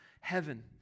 heaven